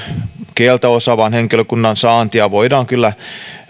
kieltä osaavan henkilökunnan saantia voidaan kyllä